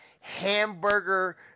hamburger